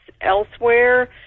elsewhere